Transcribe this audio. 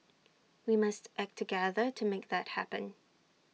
we must act together to make that happen